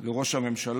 זה ראש הממשלה,